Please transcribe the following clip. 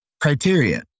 criteria